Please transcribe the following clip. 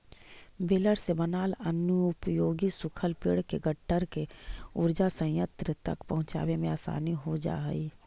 baler से बनाल अनुपयोगी सूखल पेड़ के गट्ठर के ऊर्जा संयन्त्र तक पहुँचावे में आसानी हो जा हई